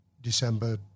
December